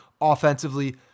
offensively